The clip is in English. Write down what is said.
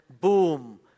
boom